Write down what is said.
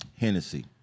Hennessy